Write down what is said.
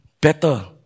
better